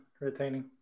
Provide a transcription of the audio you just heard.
Retaining